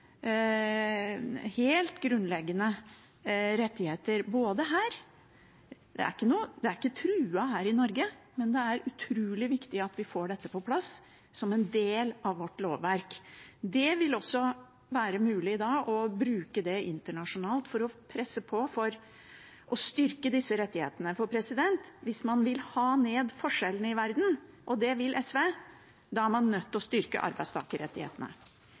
helt grunnleggende rettigheter. Vi er ikke truet her i Norge, men det er utrolig viktig at vi får dette på plass som en del av vårt lovverk. Da vil det også være mulig å bruke det internasjonalt for å presse på for å styrke disse rettighetene. For hvis man vil ha ned forskjellene i verden, og det vil SV, er man nødt til å styrke arbeidstakerrettighetene.